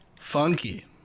Funky